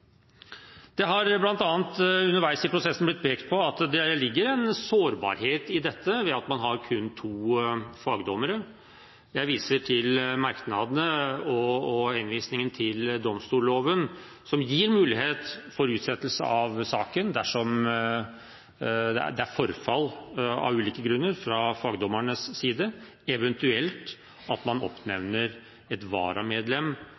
Det har bl.a. underveis i prosessen blitt pekt på at det ligger en sårbarhet i dette ved at man bare har to fagdommere. Jeg viser til merknadene og henvisningen til domstolloven, som gir mulighet for utsettelse av saken dersom det av ulike grunner er forfall fra fagdommernes side, eventuelt at man oppnevner varamedlem